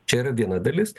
čia yra viena dalis